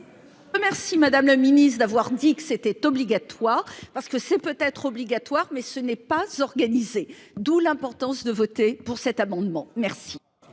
le. Merci madame le ministre d'avoir dit que c'était obligatoire parce que c'est peut être obligatoire, mais ce n'est pas s'organiser, d'où l'importance de voter pour cet amendement. Merci.